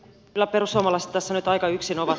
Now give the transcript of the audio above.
kyllä perussuomalaiset tässä nyt aika yksin ovat